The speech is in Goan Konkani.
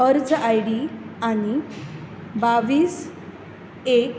अर्ज आय डी आनी बावीस एक